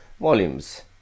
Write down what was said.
volumes